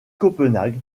copenhague